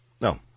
No